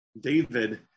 David